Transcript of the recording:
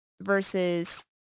versus